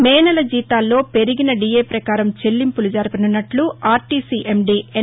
మే నెల జీతాల్లో పెరిగిన డీఏ ప్రకారం చెల్లింపులు జరపనున్నట్లు ఆర్టీసీ ఎండీ ఎన్